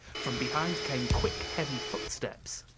from behind came quick, heavy footsteps.